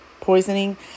poisoning